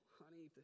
honey